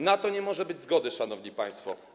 Na to nie może być zgody, szanowni państwo.